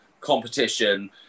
Competition